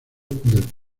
del